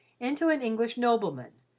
into an english nobleman,